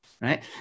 Right